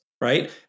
right